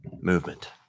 movement